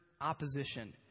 opposition